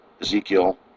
Ezekiel